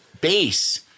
base